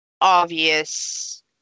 obvious